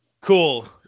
cool